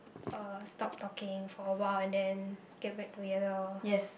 uh stop talking for a while and then get back together or